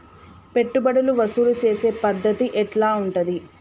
పెట్టుబడులు వసూలు చేసే పద్ధతి ఎట్లా ఉంటది?